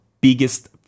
biggest